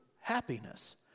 happiness